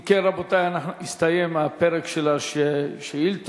אם כן, רבותי, הסתיים פרק השאילתות.